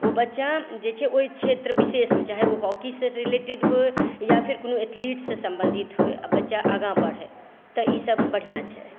ओ बच्चा जे छै ओहि क्षेत्र विशेषमे चाहे ओ हॉकीसॅं रिलेटेड होइ या फेर कोनो एथीलिटसॅं सम्बंधित होइ आ बच्चा आगाँ बढ़य तऽ ईसभ बढ़िआँ छै